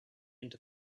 into